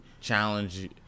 challenge